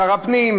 שר הפנים,